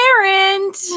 parent